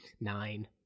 Nine